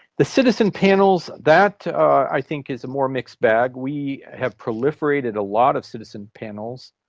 the citizen panels, that i think is a more mixed bag. we have proliferated a lot of citizen panels,